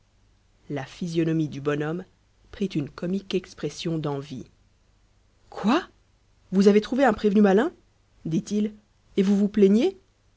la physionomie du bonhomme prit une comique expression d'envie quoi vous avez trouvé un prévenu malin dit-il et vous vous plaignez